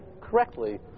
correctly